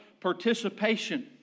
participation